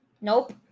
Nope